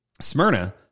Smyrna